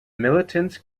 militants